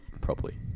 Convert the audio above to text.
properly